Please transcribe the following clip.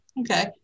Okay